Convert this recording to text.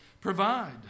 provide